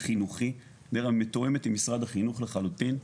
חינוכי מתואמת עם משרד החינוך לחלוטין.